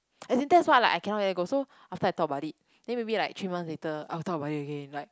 as in that's what like I cannot let go so after I talk about it then maybe like three months later I'll talk about it again like